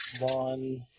One